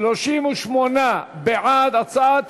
להסיר מסדר-היום את הצעת